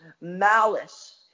malice